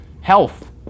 health